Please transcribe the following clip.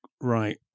right